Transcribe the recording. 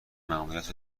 مأموریت